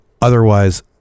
otherwise